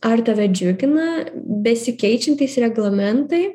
ar tave džiugina besikeičiantys reglamentai